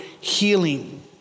healing